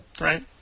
Right